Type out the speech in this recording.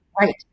right